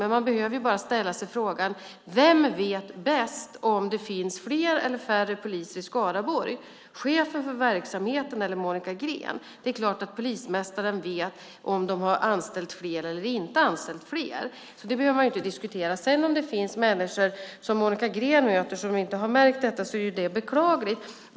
Men man behöver bara ställa sig frågan: Vem vet bäst om det finns fler eller färre poliser i Skaraborg, chefen för verksamheten eller Monica Green? Det är klart att polismästaren vet om de har anställt fler eller inte anställt fler! Det behöver man inte diskutera. Om Monica Green möter människor som inte har märkt detta är det beklagligt.